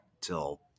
till